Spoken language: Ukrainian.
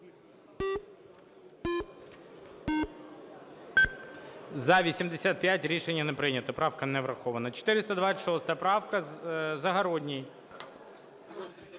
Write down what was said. За-85 Рішення не прийнято. Правка не врахована. 426 правка, Загородній.